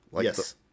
Yes